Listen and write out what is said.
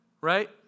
right